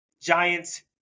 Giants